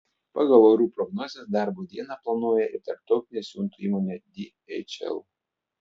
pagal orų prognozes darbo dieną planuoja ir tarptautinė siuntų įmonė dhl